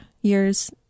years